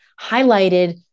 highlighted